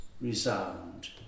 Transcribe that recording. resound